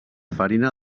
farina